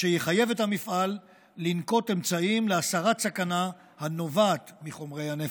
שיחייב את המפעל לנקוט אמצעים להסרת סכנה הנובעת מחומרי נפץ,